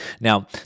Now